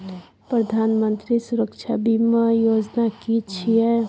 प्रधानमंत्री सुरक्षा बीमा योजना कि छिए?